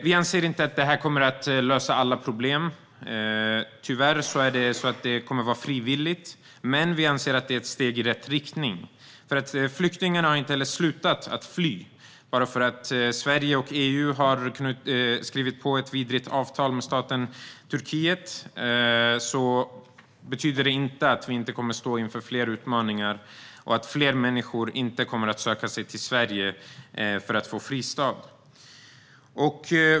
Vi anser inte att detta kommer att lösa alla problem - tyvärr kommer det att vara frivilligt - men det är ett steg i rätt riktning. Flyktingarna har inte slutat att fly. Att Sverige och EU har skrivit på ett vidrigt avtal med staten Turkiet betyder inte att vi inte kommer att stå inför fler utmaningar. Fler människor kommer att söka sig till Sverige för att få en fristad.